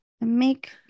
make